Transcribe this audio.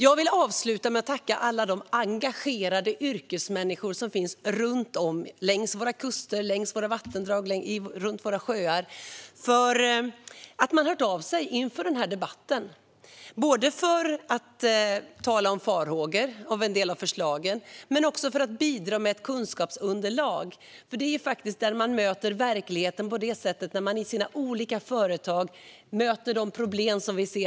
Jag vill avsluta med att tacka alla de engagerade yrkesmänniskor som finns runt om i vårt land, längs våra kuster, våra vattendrag och runt våra sjöar för att de har hört av sig inför den här debatten. De har talat om farhågor inför en del av förslagen. De har också bidragit med ett kunskapsunderlag. I verkligheten och i olika företag möter man de problem som finns.